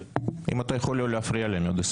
נכון, אם אתה יכול לא להפריע לי אני מאוד אשמח.